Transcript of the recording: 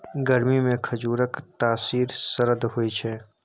गरमीमे खजुरक तासीर सरद होए छै